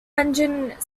engine